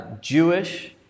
Jewish